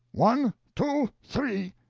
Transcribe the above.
one two three.